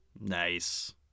Nice